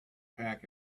pack